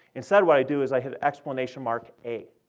instead, what i do is i hit exclamation mark, a,